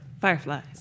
Fireflies